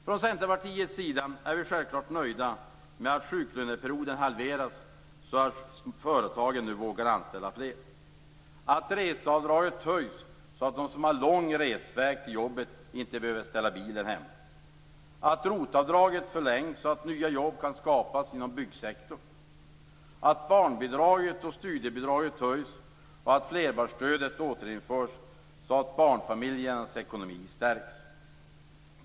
Från Centerpartiets sida är vi självklart nöjda med att sjuklöneperioden halveras så att företagen nu vågar anställa fler, att reseavdragets höjs så att de som har lång resväg till jobbet inte behöver ställa bilen hemma, att möjligheten att göra ROT-avdrag förlängs så att nya jobb kan skapas inom byggsektorn, att barnbidraget och studiebidraget höjs och att flerbarnsstödet återinförs, så att barnfamiljernas ekonomi stärks.